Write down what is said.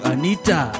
Anita